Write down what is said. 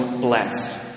blessed